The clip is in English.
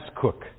cook